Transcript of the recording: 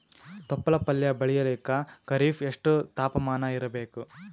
ತೊಪ್ಲ ಪಲ್ಯ ಬೆಳೆಯಲಿಕ ಖರೀಫ್ ಎಷ್ಟ ತಾಪಮಾನ ಇರಬೇಕು?